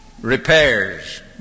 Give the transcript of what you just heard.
repairs